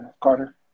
Carter